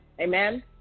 Amen